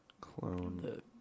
Clone